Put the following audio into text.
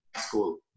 school